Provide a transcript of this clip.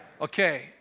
Okay